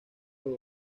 los